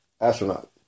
astronaut